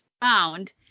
found